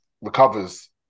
recovers